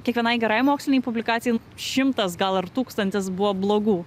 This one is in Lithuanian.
kiekvienai gerai mokslinei publikacijai šimtas gal ar tūkstantis buvo blogų